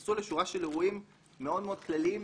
לשורה של אירועים מאוד מאוד כלליים,